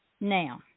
Now